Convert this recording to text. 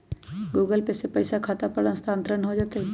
Google Pay से पईसा खाता पर स्थानानंतर हो जतई?